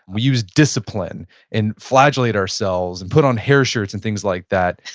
we use discipline and flagellate ourselves and put on hair shirts and things like that.